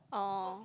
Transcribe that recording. oh